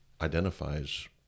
identifies